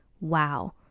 wow